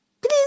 Please